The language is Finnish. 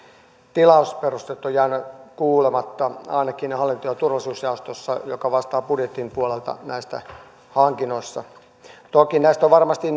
tilausperusteet ovat jääneet kuulematta ainakin hallinto ja turvallisuusjaostossa joka vastaa budjetin puolelta näistä hankinnoista toki näistä perusteluista on varmasti